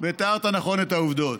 ותיארת נכון את העובדות.